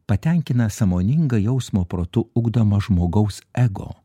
patenkina sąmoningą jausmo protu ugdomą žmogaus ego